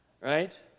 Right